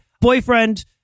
boyfriend